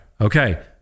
Okay